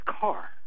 car